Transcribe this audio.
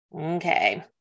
Okay